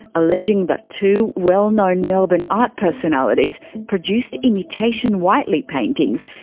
alleging that two well known melbourne art personalities produced imitation whiteley paintings,